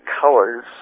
colors